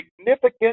significant